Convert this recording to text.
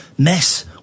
mess